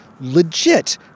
legit